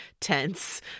tense